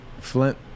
Flint